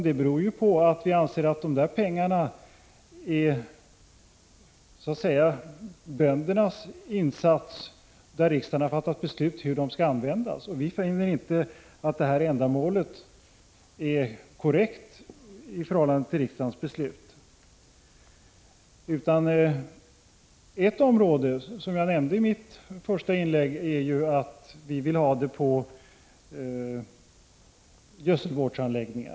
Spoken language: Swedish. Det beror på att vi anser att dessa pengar så att säga är böndernas insats där riksdagen har fattat beslut om hur dessa skall användas. Vi finner inte att ändamålet är korrekt i förhållande till riksdagens beslut. Ett område som jag nämnde i mitt första inlägg och som vi vill satsa på är gödselvårdsanläggningar.